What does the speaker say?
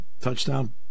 touchdown